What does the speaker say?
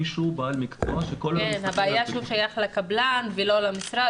מישהו בעל מקצוע שכל היום מסתכל --- הבעיה שהוא שייך לקבלן ולא למשרד,